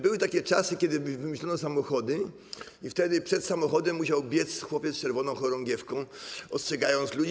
Były takie czasy, kiedy wymyślono samochody, i wtedy przed samochodem musiał biec chłopiec z czerwoną chorągiewką, ostrzegając ludzi.